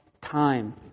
time